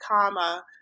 comma